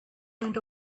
went